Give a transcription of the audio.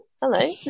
hello